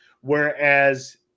whereas